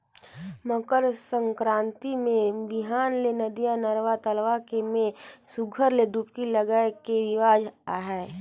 मकर संकरांति मे बिहान ले नदिया, नरूवा, तलवा के में सुग्घर ले डुबकी लगाए के रिवाज अहे